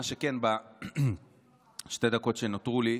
מה שכן, בשתי הדקות שנותרו לי,